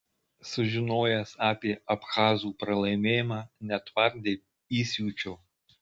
sužinojęs apie abchazų pralaimėjimą netvardė įsiūčio